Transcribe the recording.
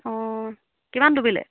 অঁ কিমান ডুবিলে